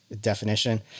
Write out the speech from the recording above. Definition